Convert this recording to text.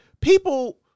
people